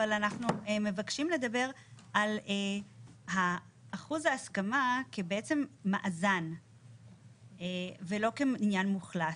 אבל אנחנו מבקשים לדבר על אחוז ההסכמה כבעצם מאזן ולא כעניין מוחלט.